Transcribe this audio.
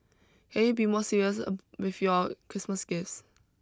can you be more serious with your Christmas gifts